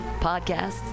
podcasts